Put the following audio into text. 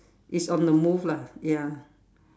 it's on the move lah ya